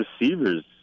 receivers